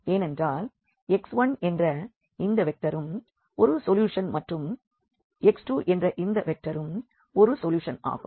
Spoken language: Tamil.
ஏனென்றால் x1 என்ற இந்த வெக்டரும் ஒரு சொல்யூஷன் மற்றும் x2 என்ற இந்த வெக்டரும் ஒரு சொல்யூஷன் ஆகும்